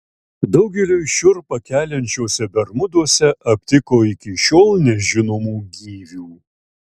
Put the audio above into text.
daugeliui šiurpą keliančiuose bermuduose aptiko iki šiol nežinomų gyvių